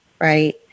right